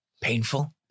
painful